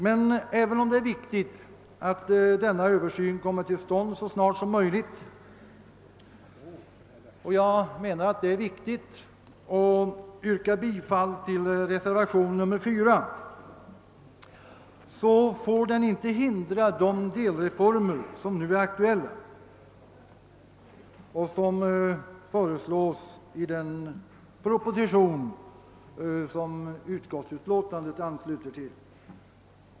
Men även om det är viktigt att denna översyn kommer till stånd så snart som möjligt — och jag anser att det är viktigt och yrkar bifall till reservationen 4 — så får den inte hindra de delreformer som nu är aktuella och som föreslås i föreliggande proposition.